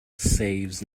saves